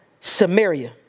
Samaria